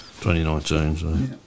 2019